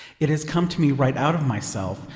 it has come to me right out of myself,